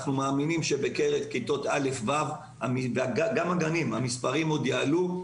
אנחנו מאמינים שבקרב כיתוב א' ו' וגם גני הילדים המספרים עוד יעלו,